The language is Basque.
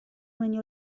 baino